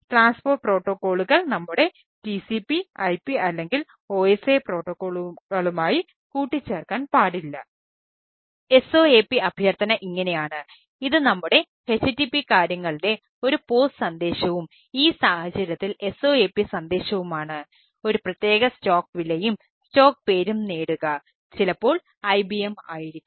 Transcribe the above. SOAP അഭ്യർത്ഥന ഇങ്ങനെയാണ് ഇത് നമ്മുടെ http കാര്യങ്ങളിലെ ഒരു പോസ്റ്റ് പേരും നേടുക ചിലപ്പോൾ IBM ആയിരിക്കാം